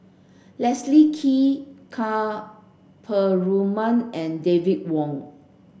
Leslie Kee Ka Perumal and David Wong